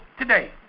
today